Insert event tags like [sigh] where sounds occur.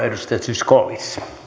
[unintelligible] edustaja zyskowicz